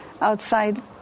outside